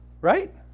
right